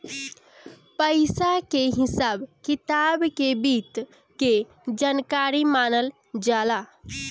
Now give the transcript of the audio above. पइसा के हिसाब किताब के वित्त के जानकारी मानल जाला